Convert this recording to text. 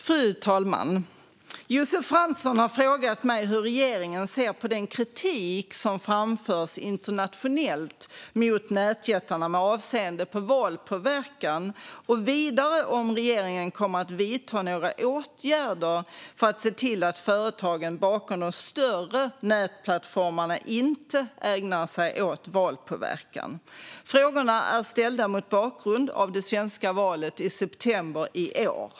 Fru talman! Josef Fransson har frågat mig hur regeringen ser på den kritik som framförs internationellt mot nätjättarna med avseende på valpåverkan och vidare om regeringen kommer att vidta några åtgärder för att se till att företagen bakom de större nätplattformarna inte ägnar sig åt valpåverkan. Frågorna är ställda mot bakgrund av det svenska valet i september i år.